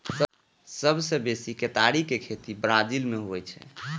सबसं बेसी केतारी के खेती ब्राजील मे होइ छै